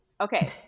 Okay